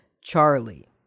Charlie